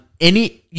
any-